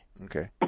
Okay